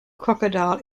crocodile